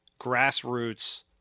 grassroots